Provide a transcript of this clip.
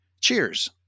Cheers